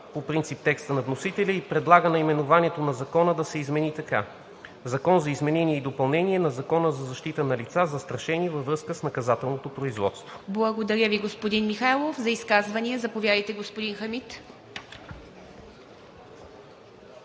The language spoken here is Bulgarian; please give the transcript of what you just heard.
по принцип текста на вносителя и предлага наименованието на Закона да се измени така: „Закон за изменение и допълнение на Закона за защита на лица, застрашени във връзка с наказателното производство“. ПРЕДСЕДАТЕЛ ИВА МИТЕВА: Благодаря Ви, господин Михайлов. За изказвания? Заповядайте, господин Хамид.